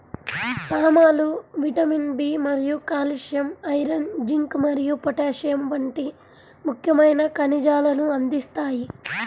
సామలు vitamin B మరియు calcium, iron, zinc మరియు పొటాషియం వంటి ముఖ్యమైన ఖనిజాలను అందిస్తాయి